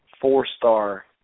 four-star